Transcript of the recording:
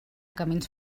camins